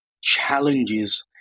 challenges